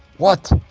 what?